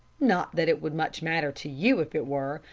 not that it would much matter to you if it were,